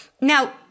Now